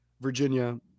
Virginia